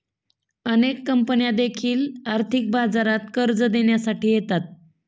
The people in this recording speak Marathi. अनेक कंपन्या देखील आर्थिक बाजारात कर्ज देण्यासाठी येतात